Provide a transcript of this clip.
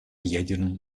ядерном